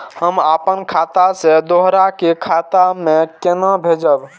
हम आपन खाता से दोहरा के खाता में केना भेजब?